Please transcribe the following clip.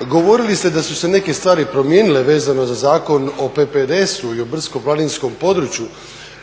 Govorili ste da su se neke stvari promijenile vezano za Zakon o PPDS-u i o brdsko-planinskom području